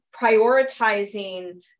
prioritizing